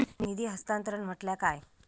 निधी हस्तांतरण म्हटल्या काय?